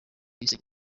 bise